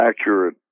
accurate